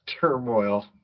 Turmoil